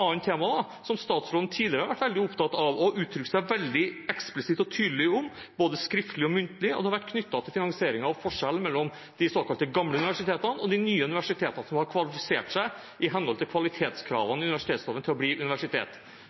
annet tema, som statsråden tidligere har vært veldig opptatt av og uttrykt seg veldig tydelig og eksplisitt om, både skriftlig og muntlig, og det er knyttet til finansieringen av og forskjellen mellom de såkalte gamle universitetene og de nye universitetene, som har kvalifisert seg til å bli universitet i henhold til kvalitetskravene i universitetsloven.